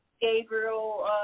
Gabriel